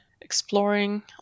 exploring